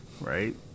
right